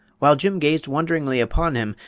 while jim gazed wonderingly upon him,